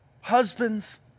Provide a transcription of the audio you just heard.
Husbands